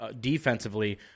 defensively